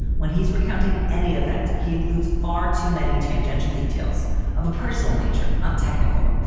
when he's recounting any event, he includes far too many tangential details of a personal nature, not technical,